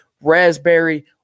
raspberry